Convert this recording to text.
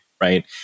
right